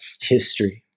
history